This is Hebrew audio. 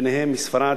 ביניהם מספרד,